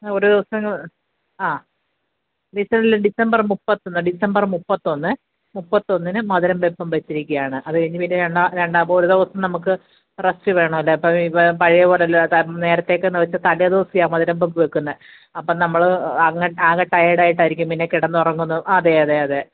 ഒരു ഡിസംബറിൽ ഡിസംബർ മുപ്പതൊന്ന് ഡിസംബർ മുപ്പത്തിയൊന്നിന് മധുരം വെയ്പ്പും വെച്ചിരിക്കുകയാണ് അതുകഴിഞ്ഞ് പിന്നെ രണ്ടാൾക്കും ഒരു ദിവസം നമുക്ക് റെസ്ററ് വേണമല്ലൊ അപ്പം ഇപ്പം ഈ പഴയ പോലെ അല്ല നേരത്തെയൊക്കെ തലേദിവസം മധുരം വെയ്പ്പ് വെക്കുന്നത് അപ്പം നമ്മൾ ആകെ ടൈയേർഡ് ആയിട്ടായിരിക്കും പിന്നെ കിടന്നുറങ്ങുന്നു അതെ അതെ അതെ